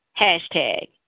hashtag